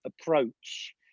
approach